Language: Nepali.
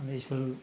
अन्त स्कुल